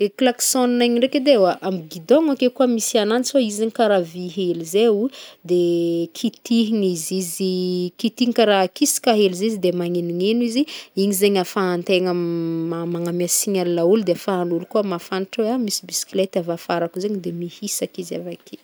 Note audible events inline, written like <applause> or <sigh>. I klakson igny ndraiky edy, oa amin'ny gidon-gno ake koa misy agnanjy, fa izy zegny karaha vy hely zay o, de kitihina izy, izy kitihiny karaha ahisaka hely zay izy de magnenogneno izy igny zegny ahafahantegna m <hesitation> magname signal ôlo de ahafahan'ôlo de koa mahafantatra hoe misy bisikleta avy afarako zegny de mihisaky izy avake.